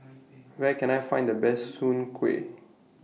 Where Can I Find The Best Soon Kway